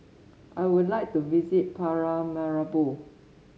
I would like to visit Paramaribo